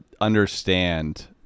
understand